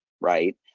right